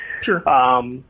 Sure